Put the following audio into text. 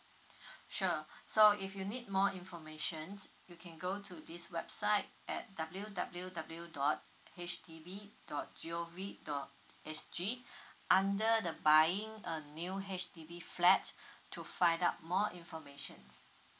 sure so if you need more information you can go to this website at W W W dot H D B dot G_O_V dot S_G under the buying a new H_D_B flat to find out more information